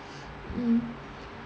mm